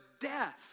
death